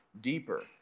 deeper